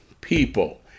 people